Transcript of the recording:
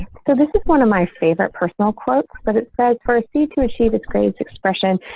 so this is one of my favorite personal quote, but it says proceed to achieve its greatest expression,